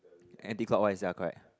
anti clockwise ya correct